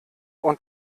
und